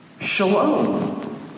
Shalom